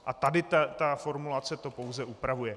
A tady ta formulace to pouze upravuje.